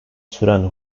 süren